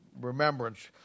remembrance